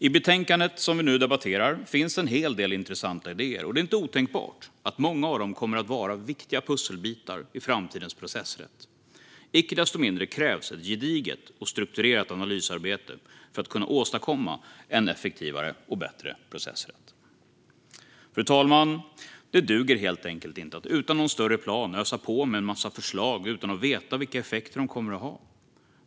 I betänkandet vi nu debatterar finns en hel del intressanta idéer, och det är inte otänkbart att många av dem kommer att vara viktiga pusselbitar i framtidens processrätt. Icke desto mindre krävs ett gediget och strukturerat analysarbete för att åstadkomma en effektivare och bättre processrätt. Fru talman! Det duger helt enkelt inte att utan någon större plan ösa på med en massa förslag utan att veta vilka effekter de kommer att få.